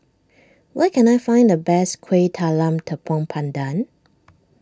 where can I find the best Kueh Talam Tepong Pandan